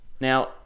Now